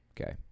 Okay